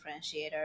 differentiator